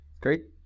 Great